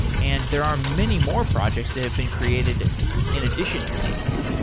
and there are many more projects that have been created in addition to these.